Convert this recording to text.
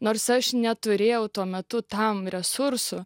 nors aš neturėjau tuo metu tam resursų